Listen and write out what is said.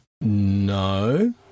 no